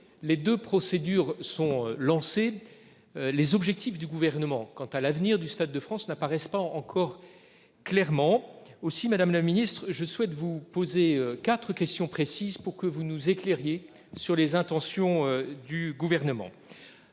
les 2 procédures sont lancées. Les objectifs du gouvernement quant à l'avenir du Stade de France n'apparaissent pas encore clairement aussi Madame la Ministre je souhaite vous poser 4 questions précises pour que vous nous éclairiez sur les intentions du gouvernement.